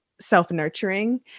self-nurturing